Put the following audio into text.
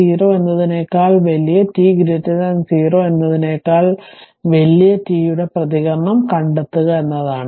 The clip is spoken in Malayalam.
0 എന്നതിനേക്കാൾ വലിയ t0 എന്നതിനേക്കാൾ വലിയ t യുടെ പ്രതികരണം കണ്ടെത്തുക എന്നതാണ്